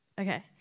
Okay